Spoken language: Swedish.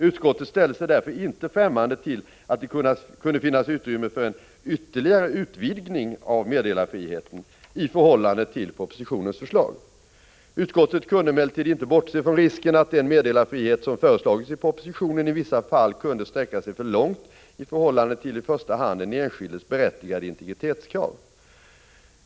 Utskottet ställde sig därför inte främmande för att det kunde finnas utrymme för en ytterligare utvidgning av meddelarfriheten i förhållande till propositionens förslag. Utskottet kunde emellertid inte bortse från risken att den meddelarfrihet som föreslagits i propositionen i vissa fall kunde sträcka sig för långt i förhållande till i första hand den enskildes berättigade integritetskrav.